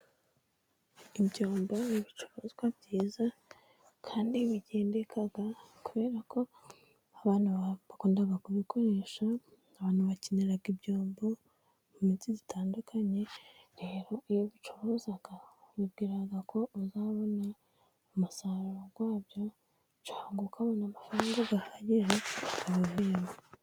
Ibyombo ibicuruzwa byiza kandi bigendeka kubera ko abantu bakunda kubikoresha. Abantu bakenera ibyombo mu minsi itandukanye iyo ubicuruza wibwira ko uzabona umusaruro wabyo cyangwa ukabona amafaranga uhagije ubivuyemo.